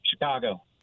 Chicago